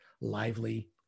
lively